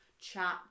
chat